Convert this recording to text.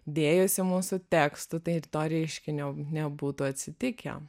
dėjusi mūsų tekstų tai ir to reiškinio nebūtų atsitikę